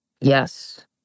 Yes